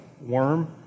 worm